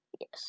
Yes